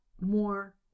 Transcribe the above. more